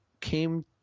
came –